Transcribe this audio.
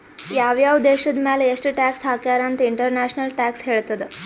ಯಾವ್ ಯಾವ್ ದೇಶದ್ ಮ್ಯಾಲ ಎಷ್ಟ ಟ್ಯಾಕ್ಸ್ ಹಾಕ್ಯಾರ್ ಅಂತ್ ಇಂಟರ್ನ್ಯಾಷನಲ್ ಟ್ಯಾಕ್ಸ್ ಹೇಳ್ತದ್